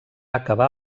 acabar